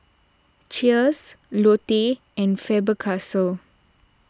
Cheers Lotte and Faber